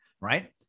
right